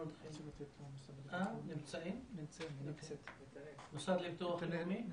המוסד לביטוח לאומי.